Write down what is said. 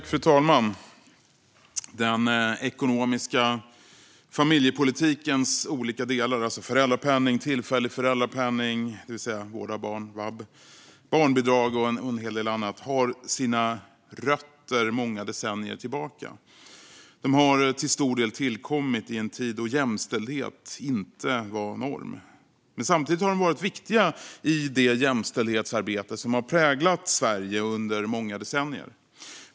Fru talman! Den ekonomiska familjepolitikens olika delar - föräldrapenning, tillfällig föräldrapenning, det vill säga vård av barn, alltså vab, barnbidrag och en hel del annat - har sina rötter många decennier tillbaka. De har till stor del tillkommit i en tid då jämställdhet inte var norm. Men samtidigt har de varit viktiga i det jämställdhetsarbete som har präglat Sverige under många decennier.